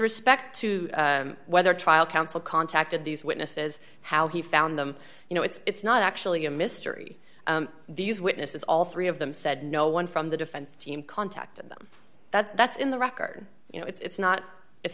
respect to whether trial counsel contacted these witnesses how he found them you know it's not actually a mystery these witnesses all three of them said no one from the defense team contacted them that that's in the record you know it's not it's